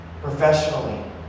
professionally